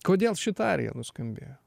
kodėl šita arija nuskambėjo